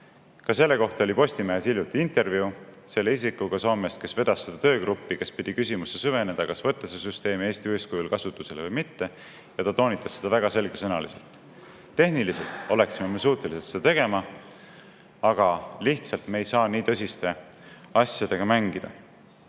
Ka selle kohta oli Postimehes hiljuti intervjuu selle isikuga Soomest, kes vedas seda töögruppi, kes pidi küsimusse süvenema, kas võtta see süsteem Eesti eeskujul kasutusele või mitte. Ja ta toonitas seda väga selgesõnaliselt: "Tehniliselt oleksime me suutelised seda tegema, aga lihtsalt me ei saa nii tõsiste asjadega mängida."